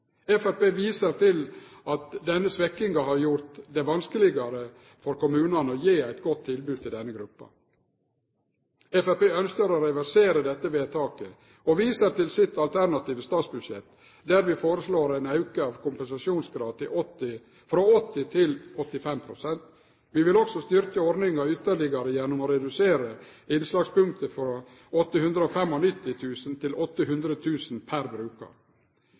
at denne svekkinga har gjort det vanskelegare for kommunane å gje eit godt tilbod til denne gruppa. Framstegspartiet ønskjer å reversere dette vedtaket og viser til vårt alternative statsbudsjett der vi foreslår ein auke av kompensasjonsgraden frå 80 pst. til 85 pst. Vi vil også styrkje ordninga ytterlegare gjennom å redusere innslagspunktet frå 895 000 til 800 000 kr per brukar.